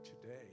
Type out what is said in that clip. today